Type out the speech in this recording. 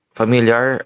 familiar